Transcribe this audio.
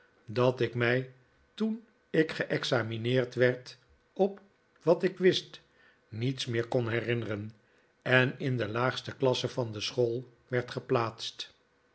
dat ik mij toen ik geexamineerd werd op wat ik wist niets meer kon herinneren en in de laagste klasse van de school werd geplaatst